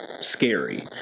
scary